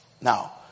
Now